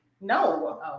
No